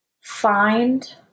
Find